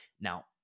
Now